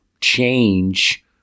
change